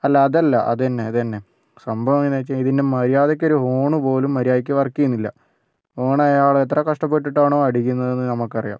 അല്ല അതല്ല അതു തന്നെ അതു തന്നെ സംഭവം എങ്ങനാ വെച്ചാൽ ഇതിൻ്റെ മര്യാദക്കൊരു ഹോൺ പോലും മര്യാദക്ക് വർക്ക് ചെയ്യുന്നില്ല പോണയാൾ എത്ര കഷ്ടപ്പെട്ടിട്ടാണോ അടിക്കുന്നതെന്ന് നമുക്കറിയാം